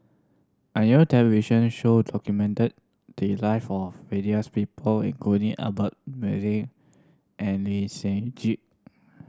a new television show documented the life of various people including Albert and Lee Seng Gee